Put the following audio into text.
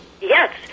Yes